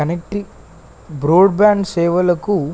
connecting broadband సేవలకు